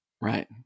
Right